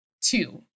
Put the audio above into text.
Two